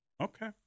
okay